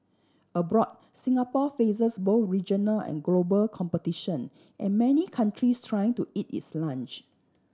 abroad Singapore faces both regional and global competition and many countries trying to eat its lunch